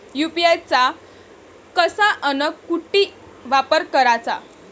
UPI चा कसा अन कुटी वापर कराचा?